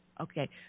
Okay